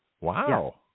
Wow